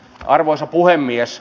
arvoisa puhemies